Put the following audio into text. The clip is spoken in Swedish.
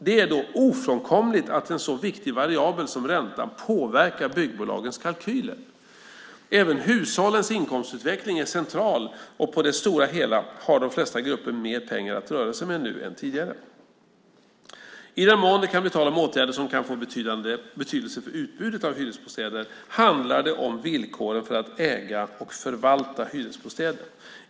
Det är ofrånkomligt att en så viktig variabel som räntan påverkar byggbolagens kalkyler. Även hushållens inkomstutveckling är central, och på det stora hela har de flesta grupper mer pengar att röra sig med nu än tidigare. I den mån det kan bli tal om åtgärder som kan få betydelse för utbudet av hyresbostäder handlar det om villkoren för att äga och förvalta hyresbostäder.